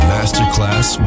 Masterclass